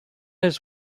his